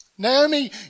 Naomi